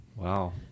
Wow